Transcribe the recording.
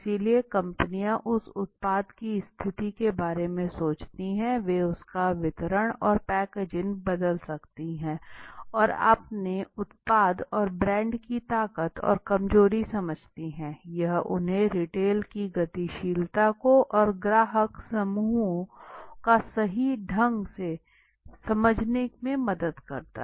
इसलिए कंपनियां उस उत्पाद की स्थिति के बारे में सोचती हैं वे उसका वितरण और पैकेजिंग बदल सकती हैं और अपने उत्पाद और ब्रांड की ताकत और कमज़ोरी समझती हैं यह उन्हें रिटेल की गतिशीलता को और ग्राहक समूहों को सही ढंग से समझने में मदद करता है